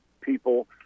people